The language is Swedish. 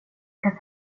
ska